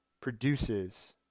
produces